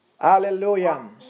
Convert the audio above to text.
Hallelujah